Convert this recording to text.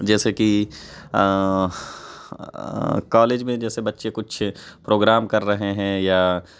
جیسے کہ کالج میں جیسے بچے کچھ پروگرام کر رہے ہیں یا